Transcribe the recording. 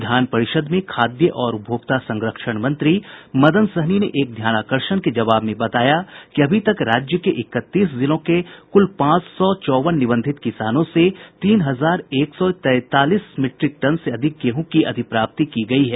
विधान परिषद में खाद्य और उपभोक्ता संरक्षण मंत्री मदन सहनी ने एक ध्यानाकर्षण के जवाब में बताया कि अभी तक राज्य के इकतीस जिलों में कुल पांच सौ चौवन निबंधित किसानों से तीन हजार एक सौ तैंतालीस मीट्रिक टन से अधिक गेहूं की अधिप्राप्ति की गई है